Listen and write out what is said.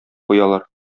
куялар